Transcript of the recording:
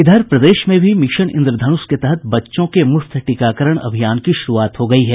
इधर प्रदेश में भी मिशन इंद्रधनुष के तहत बच्चों के मुफ्त टीकाकरण अभियान की शुरूआत हो गयी है